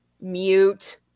mute